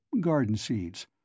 garden-seeds